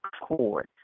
cord